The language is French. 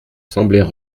sembler